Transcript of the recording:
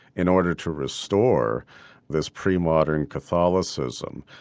in order to restore this pre-modern catholicism.